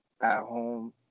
at-home